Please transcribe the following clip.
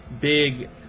big